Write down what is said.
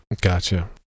Gotcha